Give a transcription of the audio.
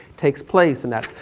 takes place in that.